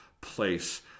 place